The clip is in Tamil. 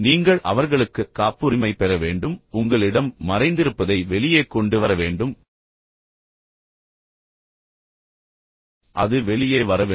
நீங்கள் அவர்களுக்கு காப்புரிமை பெற வேண்டும் உங்களிடம் மறைந்திருப்பது என்னவென்றால் நீங்கள் அவற்றை வெளியே கொண்டு வர வேண்டும் அது வெளியே வர வேண்டும்